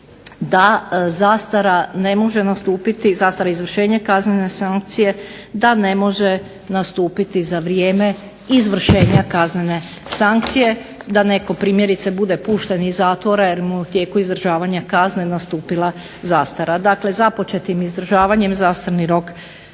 postupak i također je jasno utvrđeno da zastara ne može nastupiti za vrijeme izvršenja kaznene sankcije, da netko primjerice bude pušten iz zatvora jer mu je u tijeku izvršavanja kazne nastupila zastara. Dakle, započetim izvršavanjem zastarni rok